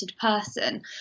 person